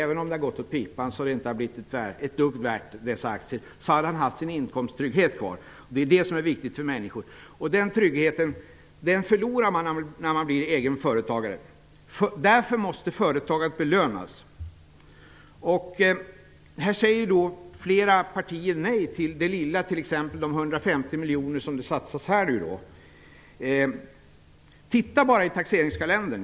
Även om det hade gått åt pipan, och dessa aktier inte var värda ett dugg, hade han haft sin inkomsttrygghet kvar. Det är viktigt för människor. Den tryggheten förlorar man när man blir egen företagare. Därför måste företagare belönas. Här säger flera partier nej till t.ex. det lilla belopp på 150 miljoner som här satsas. Titta bara i taxeringskalendern!